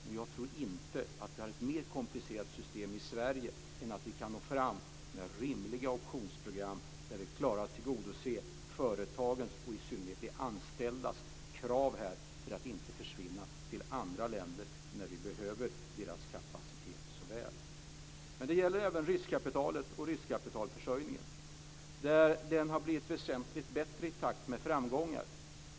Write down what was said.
Men jag tror inte att vi har ett mer komplicerat system i Sverige än att vi kan nå fram med rimliga optionsprogram där vi klarar att tillgodose företagens och i synnerhet de anställdas krav här för att de inte ska försvinna till andra länder när vi så väl behöver deras kapacitet. Men detta gäller även riskkapitalet och riskkapitalförsörjningen. Den har blivit väsentligt bättre i takt med framgångar.